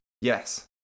Yes